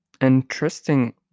interesting